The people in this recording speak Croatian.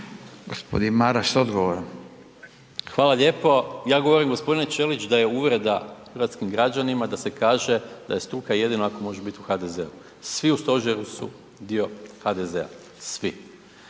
Gordan (SDP)** Hvala lijepo. Ja govorim gospodine Ćelić da je uvreda hrvatskim građanima da se kaže, da je struka jedino ako možeš biti u HDZ-u. Svi u stožeru su dio HDZ-a, svi.